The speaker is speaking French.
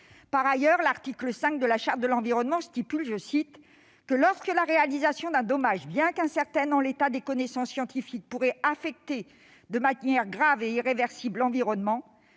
Par ailleurs, l'article 5 de la Charte de l'environnement dispose :« Lorsque la réalisation d'un dommage, bien qu'incertaine en l'état des connaissances scientifiques, pourrait affecter de manière grave et irréversible l'environnement,